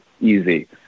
easy